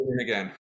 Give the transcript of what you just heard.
again